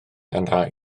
and